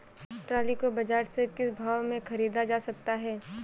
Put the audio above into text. Trolley को बाजार से किस भाव में ख़रीदा जा सकता है?